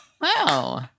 Wow